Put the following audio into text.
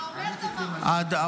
השר קרעי,